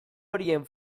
horien